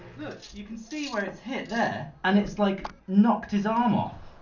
look, you can see where it's hit there, and it's like, knocked his arm off.